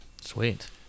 sweet